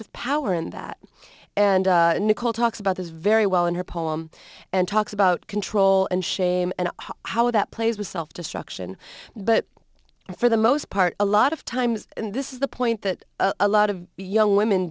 of power in that and nicole talks about this very well in her poem and talks about control and shame and how that plays with self destruction but for the most part a lot of times and this is the point that a lot of young women